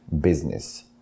business